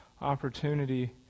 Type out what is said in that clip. opportunity